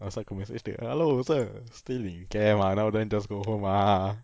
oh pasal aku message dia hello sir still in camp ah now then just go home ah